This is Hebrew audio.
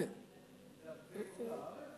זה על פני כל הארץ?